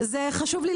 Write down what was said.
זה חשוב לי להגיד.